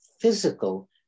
physical